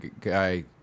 guy